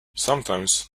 sometimes